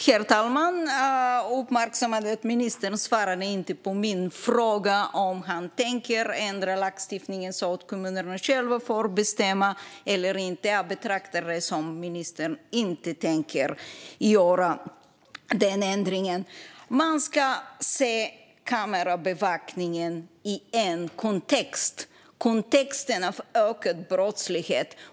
Herr talman! Jag uppmärksammade att ministern inte svarade på min fråga om han tänker ändra lagstiftningen så att kommunerna själva får bestämma. Jag betraktar det som att ministern inte tänker göra den ändringen. Man ska se kameraövervakningen i en kontext, nämligen kontexten av ökad brottslighet.